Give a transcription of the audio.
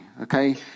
Okay